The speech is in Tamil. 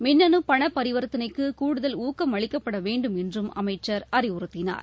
மின்னு பணப் பரிவர்த்தனைக்கு கூடுதல் ஊக்கம் அளிக்கப்பட வேண்டும் என்றும் அமைச்சர் அறிவுறுத்தினார்